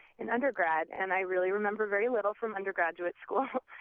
in undergrad and i really remember very little from undergraduate school.